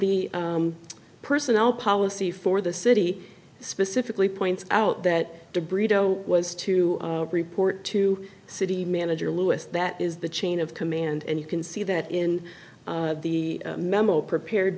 the personnel policy for the city specifically points out that de brito was to report to city manager lewis that is the chain of command and you can see that in the memo prepared